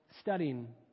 studying